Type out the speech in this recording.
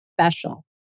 special